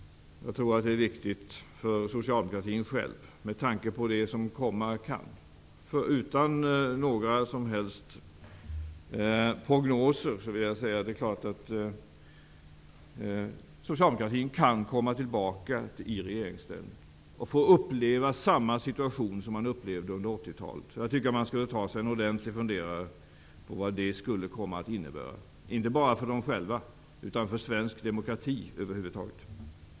Jag tror att det är viktigt för socialdemokratin själv, med tanke på det som komma kan. Utan några som helst prognoser vill jag säga att det är klart att socialdemokraterna kan komma tillbaka i regeringsställning och få uppleva samma situation som man upplevde under 1980 talet. Jag tycker de skulle ta sig en ordentlig funderare på vad det skulle komma att innebära, inte bara för dem själva, utan också för svensk demokrati över huvud taget.